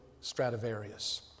Stradivarius